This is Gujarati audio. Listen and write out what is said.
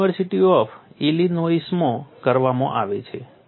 તે યુનિવર્સિટી ઓફ ઇલિનોઇસમાં કરવામાં આવે છે